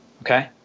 Okay